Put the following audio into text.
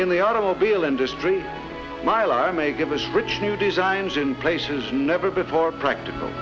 in the automobile industry mylar may give us rich new designs in places never before practic